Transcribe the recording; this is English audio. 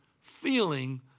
feeling